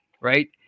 right